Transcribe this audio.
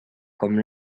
comme